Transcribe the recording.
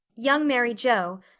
young mary joe,